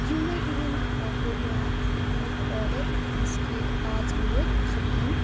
یِمنٕے دۄہَن کوٚر مےٚ اَکھ بوٗٹھ آرڈر یُس کہِ آز ووت صُبحَن